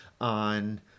on